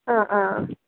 ആ ആ